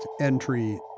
entry